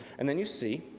and then you see,